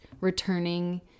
returning